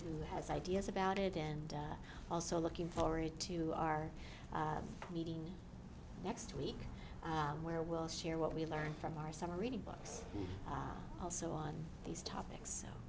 who has ideas about it and also looking forward to our meeting next week where we'll share what we learn from our summer reading books also on these topics